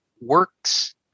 works